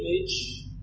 image